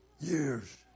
years